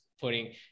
putting